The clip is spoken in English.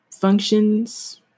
functions